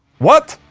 what?